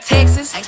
Texas